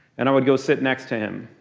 and i would go sit next to him.